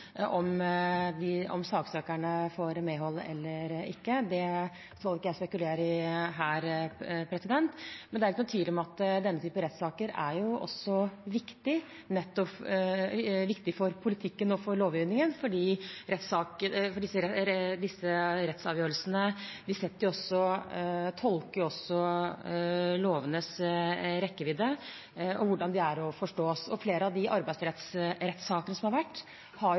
Om saksøkerne får medhold eller ikke, skal ikke jeg spekulere i her, men det er ikke noen tvil om at denne type rettssaker også er viktige for politikken og for lovgivningen, for disse rettsavgjørelsene tolker også lovenes rekkevidde og hvordan de er å forstå. Flere av de arbeidsrettssakene som har vært, har